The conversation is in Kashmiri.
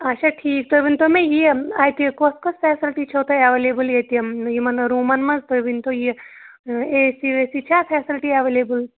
اچھا ٹھیٖک تُہۍ ؤنۍتو مےٚ یہِ اَتہِ کۄس کۄس فیسَلٹی چھو تۄہہِ اٮ۪ویلیبٕل ییٚتہِ یِم یِمَن روٗمَن منٛز تُہۍ ؤنۍتو یہِ اے سی وے سی چھا فیسَلٹی اٮ۪ویلیبٕل